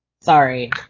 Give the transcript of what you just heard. Sorry